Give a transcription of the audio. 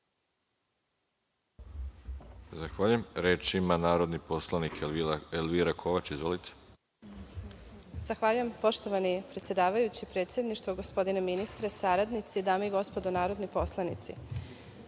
Zahvaljujem. Reč ima narodni poslanik Elvira Kovač. Izvolite. **Elvira Kovač** Zahvaljujem. Poštovani predsedavajući, predsedništvo, gospodine ministre, saradnici, dame i gospodo narodni poslanici,